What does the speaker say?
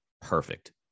perfect